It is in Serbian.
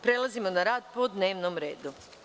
Prelazimo na rad po dnevnom redu.